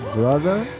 brother